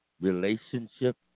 relationship